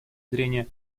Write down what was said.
зрения